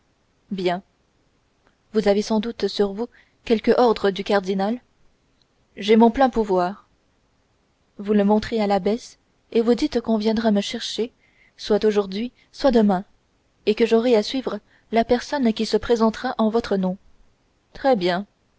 bien vous avez sans doute sur vous quelque ordre du cardinal j'ai mon plein pouvoir vous le montrez à l'abbesse et vous dites qu'on viendra me chercher soit aujourd'hui soit demain et que j'aurai à suivre la personne qui se présentera en votre nom très bien